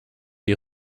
die